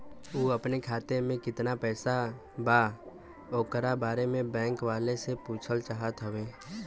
उ अपने खाते में कितना पैसा बा ओकरा बारे में बैंक वालें से पुछल चाहत हवे?